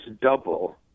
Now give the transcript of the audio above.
double